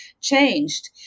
changed